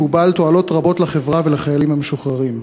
והוא בעל תועלות רבות לחברה ולחיילים המשוחררים.